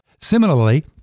Similarly